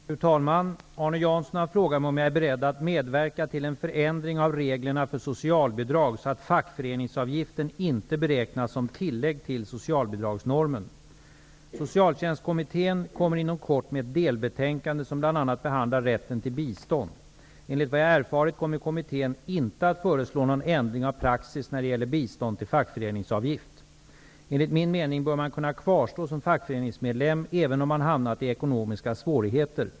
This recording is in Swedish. Fru talman! Arne Jansson har frågat mig om jag är beredd att medverka till en förändring av reglerna för socialbidrag så att fackföreningsavgiften inte beräknas som tillägg till socialbidragsnormen Socialtjänstkommittén kommer inom kort med ett delbetänkande som bl.a. behandlar rätten till bistånd. Enligt vad jag erfarit kommer kommittén inte att föreslå någon ändring av praxis när det gäller bistånd till fackföreningsavgift. Enligt min mening bör man kunna kvarstå som fackföreningsmedlem, även om man hamnat i ekonomiska svårigheter.